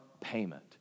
payment